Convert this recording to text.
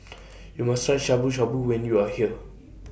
YOU must Try Shabu Shabu when YOU Are here